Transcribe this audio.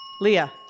leah